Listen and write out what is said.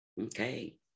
Okay